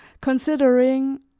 considering